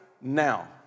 now